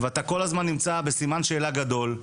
אתה כל הזמן נמצא עם סימן שאלה גדול.